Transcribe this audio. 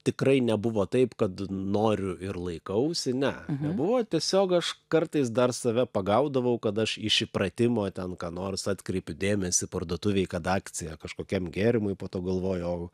tikrai nebuvo taip kad noriu ir laikausi ne buvo tiesiog aš kartais dar save pagaudavau kad aš iš įpratimo ten ką nors atkreipiu dėmesį parduotuvėj kad akcija kažkokiam gėrimui po to galvoju o